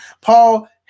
Paul